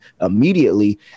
immediately